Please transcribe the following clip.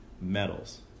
metals